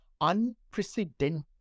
unprecedented